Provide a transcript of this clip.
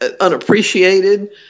unappreciated